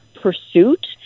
pursuit